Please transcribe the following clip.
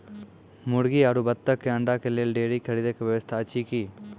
मुर्गी आरु बत्तक के अंडा के लेल डेयरी के खरीदे के व्यवस्था अछि कि?